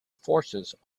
forces